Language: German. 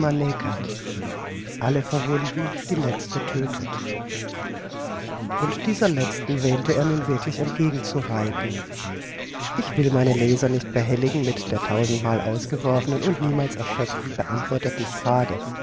und dieser letzten wähnte er nun wirklich entgegen zu reiten ich will meine leser nicht behelligen mit der tausendmal aufgeworfenen und niemals erschöpfend beantworteten frage